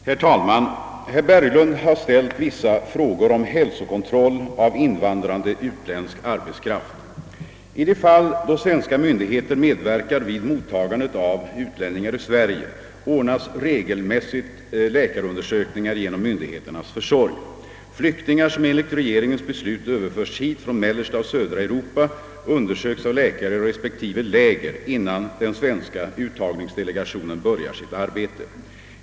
Herr talman! Herr Berglund har ställt I de fall då svenska myndigheter medverkar vid mottagandet av utlänningar i Sverige, ordnas regelmässigt läkarundersökning genom myndigheternas försorg. Flyktingar, som enligt regeringens beslut överförs hit från mellersta och södra Europa, undersöks av läkare i respektive läger innan den svenska uttagningsdelegationen börjar sitt arbete.